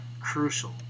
crucial